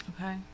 Okay